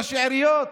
ראשי עיריות.